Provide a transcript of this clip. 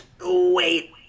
Wait